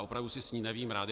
Opravdu si s ní nevím rady.